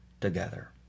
together